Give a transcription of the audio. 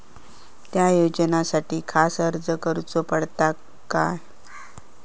त्या योजनासाठी खास अर्ज करूचो पडता काय?